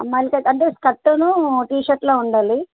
అమ్మాయిలకు అయితే అంటే స్కర్ట్ టీషర్ట్లాగా ఉండాలి